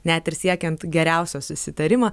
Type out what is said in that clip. net ir siekiant geriausio susitarimo